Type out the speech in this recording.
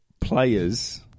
players